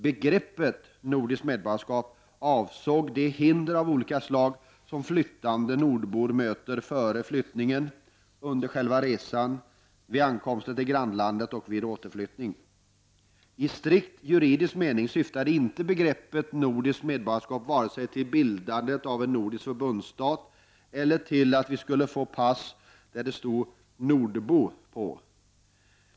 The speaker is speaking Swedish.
Begreppet nordiskt medborgarskap avsåg de hinder av olika slag som flyttande nordbor möter före flyttningen, under själva resan, vid ankomsten till grannlandet och vid återflyttningen. I strikt juridisk mening syftade inte begreppet nordiskt medborgarskap vare sig till bildandet av en nordisk förbundsstat eller till att vi skulle få ett pass som det stod ”nordbo” på.